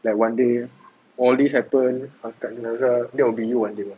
like one day all these happen angkat jenazah that will be you one day lah